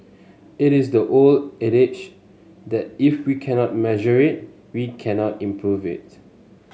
it is the old adage that if we cannot measure it we cannot improve it